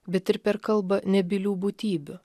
bet ir per kalbą nebylių būtybių